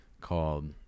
called